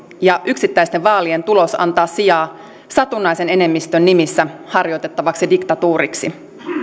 ja yksittäisten vaalien tulos antaa sijaa satunnaisen enemmistön nimissä harjoitettavaksi diktatuuriksi